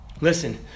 Listen